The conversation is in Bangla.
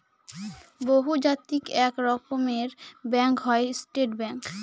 বহুজাতিক এক রকমের ব্যাঙ্ক হয় স্টেট ব্যাঙ্ক